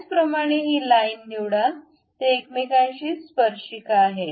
त्याचप्रमाणे ही लाइन निवडा ते एकमेकांशी स्पर्शिका आहेत